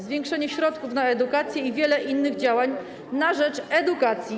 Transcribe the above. zwiększenie środków na edukację i wiele innych działań na rzecz edukacji.